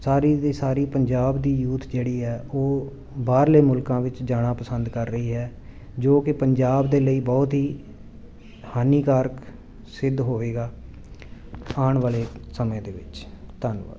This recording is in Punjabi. ਸਾਰੀ ਦੀ ਸਾਰੀ ਪੰਜਾਬ ਦੀ ਯੂਥ ਜਿਹੜੀ ਹੈ ਉਹ ਬਾਹਰਲੇ ਮੁਲਕਾਂ ਵਿੱਚ ਜਾਣਾ ਪਸੰਦ ਕਰ ਰਹੀ ਹੈ ਜੋ ਕਿ ਪੰਜਾਬ ਦੇ ਲਈ ਬਹੁਤ ਹੀ ਹਾਨੀਕਾਰਕ ਸਿੱਧ ਹੋਵੇਗਾ ਆਉਣ ਵਾਲੇ ਸਮੇਂ ਦੇ ਵਿੱਚ ਧੰਨਵਾਦ